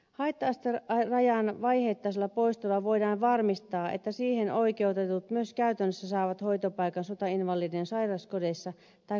haitta asterajan vaiheittaisella poistolla voidaan varmistaa että siihen oikeutetut myös käytännössä saavat hoitopaikan sotainvalidien sairaskodeissa tai kuntoutussairaalassa